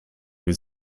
with